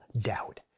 doubt